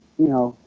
you know.